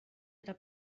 era